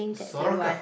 soroca